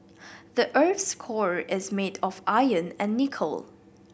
the earth's core is made of iron and nickel